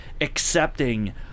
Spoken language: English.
accepting